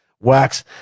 Wax